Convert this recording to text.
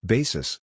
Basis